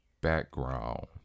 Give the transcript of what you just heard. background